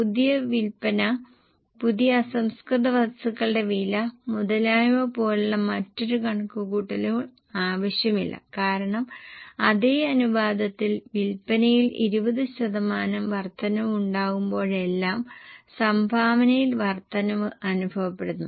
പുതിയ വിൽപന പുതിയ അസംസ്കൃത വസ്തുക്കളുടെ വില മുതലായവ പോലുള്ള മറ്റൊരു കണക്കുകൂട്ടലും ആവശ്യമില്ല കാരണം അതേ അനുപാതത്തിൽ വിൽപ്പനയിൽ 20 ശതമാനം വർദ്ധനവ് ഉണ്ടാകുമ്പോഴെല്ലാം സംഭാവനയിൽ വർദ്ധനവ് അനുഭവപ്പെടുന്നു